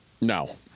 No